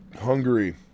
Hungary